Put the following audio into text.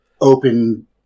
open